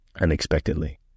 unexpectedly